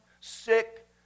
sick